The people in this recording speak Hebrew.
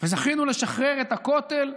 וזכינו לשחרר את הכותל.